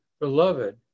beloved